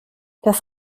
das